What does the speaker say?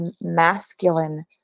masculine